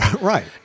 Right